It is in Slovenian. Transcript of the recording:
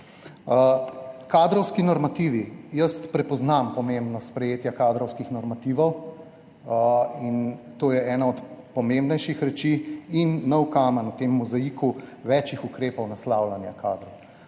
Kadrovski normativi, jaz prepoznam pomembnost sprejetja kadrovskih normativov, in to je ena od pomembnejših reči in nov kamen v mozaiku več ukrepov naslavljanja kadrov.